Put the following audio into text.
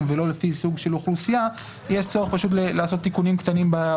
ולא לפי סוג של אוכלוסייה יש צורך לעשות תיקונים בנוסח,